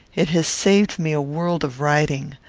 it has saved me a world of writing.